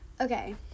Okay